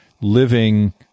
living